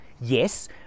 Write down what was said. Yes